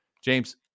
James